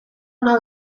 ona